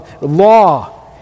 law